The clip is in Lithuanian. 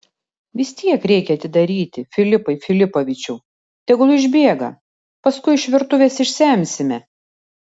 vis tiek reikia atidaryti filipai filipovičiau tegul išbėga paskui iš virtuvės išsemsime